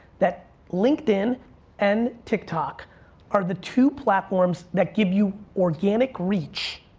that linkedin and tiktok are the two platforms that give you organic reach.